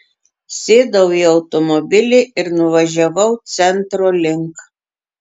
sėdau į automobilį ir nuvažiavau centro link